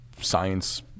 science –